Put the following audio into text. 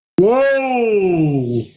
Whoa